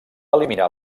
eliminar